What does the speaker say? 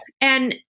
And-